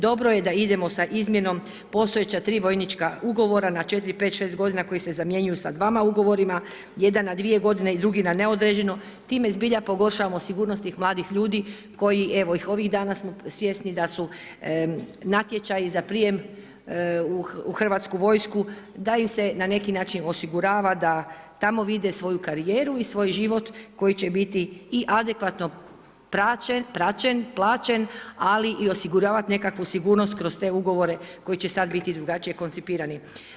Dobro je da idemo sa izmjenom postojeća tri vojnička ugovora na 4, 5, 6 godina koji se zamjenjuju sa dvama ugovorima, jedan na dvije godine i drugi na neodređeno, time zbilja pogoršavamo sigurnost tih mladih ljudi koji evo, ovih dana smo svjesni da su natječaji za prijem u Hrvatsku vojsku, da im se na neki način osigurava da tamo vide svoju karijeru i svoj život koji će biti i adekvatno plaćen, ali i osiguravat nekakvu sigurnost kroz te ugovore koji će sada biti drugačije koncipirani.